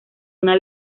una